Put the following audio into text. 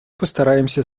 постараемся